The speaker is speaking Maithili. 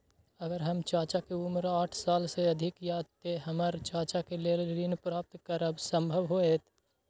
अगर हमर चाचा के उम्र साठ साल से अधिक या ते हमर चाचा के लेल ऋण प्राप्त करब संभव होएत?